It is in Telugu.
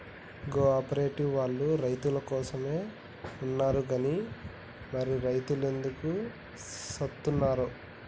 కో ఆపరేటివోల్లు రైతులకోసమే ఉన్నరు గని మరి రైతులెందుకు సత్తున్నరో